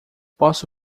posso